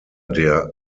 der